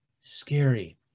scary